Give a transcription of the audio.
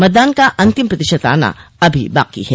मतदान का अंतिम प्रतिशत आना अभी बाकी है